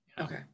Okay